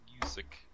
music